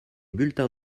bulletins